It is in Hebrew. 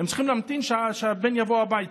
הם צריכים להמתין שהבן יבוא הביתה.